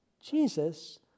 Jesus